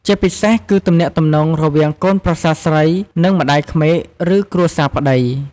ជាពិសេសគឺទំនាក់ទំនងរវាងកូនប្រសារស្រី និងម្តាយក្មេក ឬគ្រួសារប្តី។